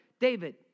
David